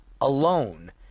alone